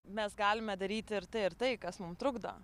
mes galime daryti ir tai ir tai kas mum trukdo